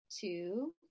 Two